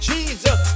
Jesus